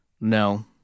No